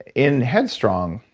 in head strong,